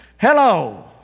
Hello